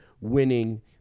winning